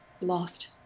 lost